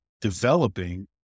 developing